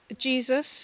Jesus